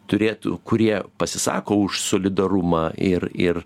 turėtų kurie pasisako už solidarumą ir ir